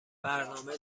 برنامه